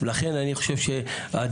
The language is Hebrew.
לכן אני חושב שהדיון,